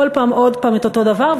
כל פעם עוד הפעם את אותו דבר,